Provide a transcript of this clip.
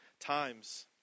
Times